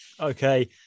Okay